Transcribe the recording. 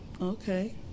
Okay